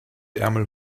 ärmel